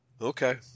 Okay